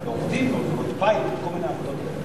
הם עובדים עבודות בית וכל מיני עבודות לא חוקיות.